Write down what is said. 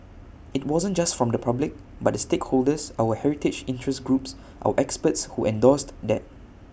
IT wasn't just from the public but the stakeholders our heritage interest groups our experts who endorsed that